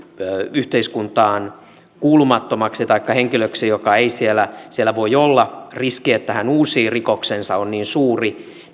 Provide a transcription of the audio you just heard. yhteiskuntaan kuulumattomaksi henkilöksi joka ei siellä siellä voi olla koska riski että hän uusii rikoksensa on niin suuri